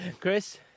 Chris